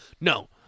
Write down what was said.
No